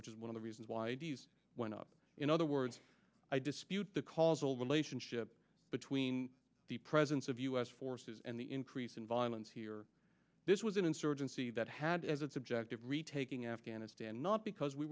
which is one of the reasons why d s went up in other words i dispute the causal relationship between the presence of u s forces and the increase in violence here this was an insurgency that had as its objective retaking afghanistan not because we